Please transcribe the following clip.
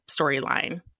storyline